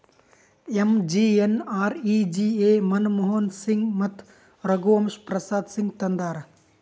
MGNREGA Manmohan Singh ಮತ್ತ ರಘುವಂಶ ಪ್ರಸಾದ್ ಸಿಂಗ್ ತಂದಾರ್